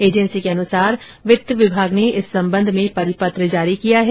agency के अनुसार वित्त विभाग ने इस संबंध में परिपत्र जारी किया है